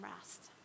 rest